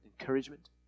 encouragement